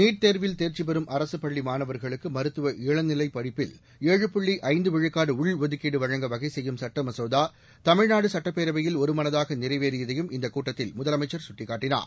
NEET தேர்வில் தேர்ச்சி பெறும் அரசு பள்ளி மாணவர்களுக்கு மருத்துவ இளநிலை படிப்பில் ஏழு புள்ளி ஐந்து விழுக்காடு உள்ஒதுக்கீடு வழங்க வகை செய்யும் சட்ட மசோதா தமிழ்நாடு சட்டப்பேரவையில் ஒருமனதாக நிறைவேறியதையும் இந்தக் கூட்டத்தில் முதலமைச்சர் சுட்டிக்காட்டினார்